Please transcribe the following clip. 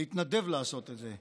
להתנדב לעשות את זה.